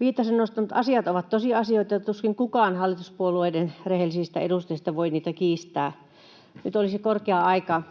Viitasen nostamat asiat ovat tosiasioita, ja tuskin kukaan hallituspuolueiden rehellisistä edustajista voi niitä kiistää. Nyt olisi korkea aika